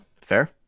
fair